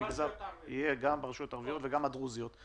ברשויות הערביות והרשויות הדרוזיות.